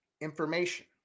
information